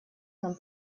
нам